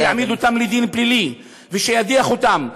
שיעמיד אותם לדין פלילי וידיח אותם,